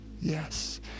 yes